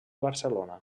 barcelona